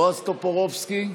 בועז טופורובסקי,